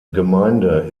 gemeinde